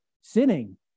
sinning